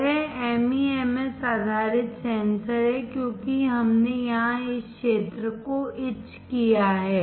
यह एमईएमएस आधारित सेंसर है क्योंकि हमने यहां इस क्षेत्र को इच किया है